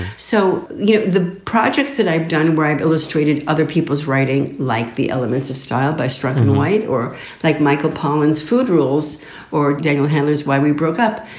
so, yeah, the projects that i've done, bribe illustrated other people's writing, like the elements of style by strutting the white. or like michael pollan's food rules or daniel handler's why we broke up.